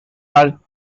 are